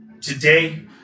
Today